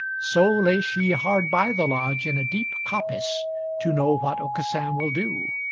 so lay she hard by the lodge in a deep coppice to know what aucassin will do.